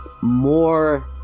more